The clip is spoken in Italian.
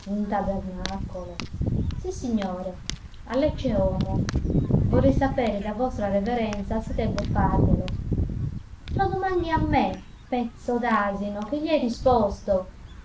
tabernacolo sissignore all'ecce homo vorrei sapere da vostra reverenza se debbo farglielo lo domandi a me pezzo d'asino che gli hai risposto